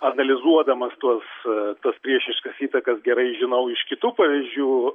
analizuodamas tuos tas priešiškas įtakas gerai žinau iš kitų pavyzdžių